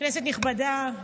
כנסת נכבדה,